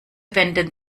wenden